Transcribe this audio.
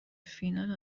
فینال